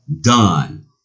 done